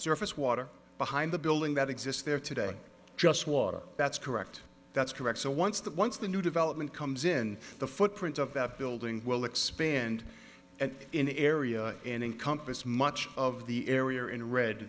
surface water behind the building that exists there today just water that's correct that's correct so once that once the new development comes in the footprint of that building will expand in the area and encompass much of the area in re